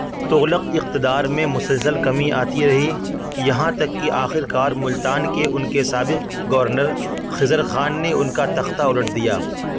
تغلق اقتدار میں مسلسل کمی آتی رہی یہاں تک کہ آخرکار ملتان کے ان کے سابق گورنر خضر خان نے ان کا تختہ الٹ دیا